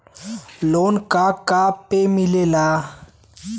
Loan का का पे मिलेला?